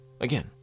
Again